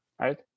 right